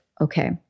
okay